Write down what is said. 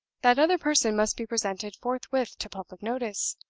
that other person must be presented forthwith to public notice,